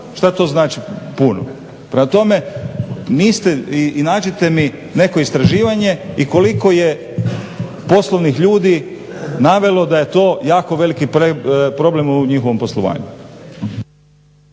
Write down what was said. šta to znači puno. Prema tome, nađite mi neko istraživanje i koliko je poslovnih ljudi navelo je da je to jako veliki problem u njihovom poslovanju.